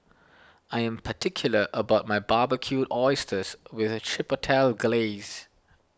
I am particular about my Barbecued Oysters with Chipotle Glaze